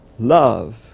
Love